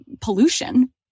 pollution